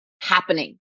happening